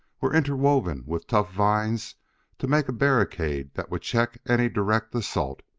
were interwoven with tough vines to make a barricade that would check any direct assault.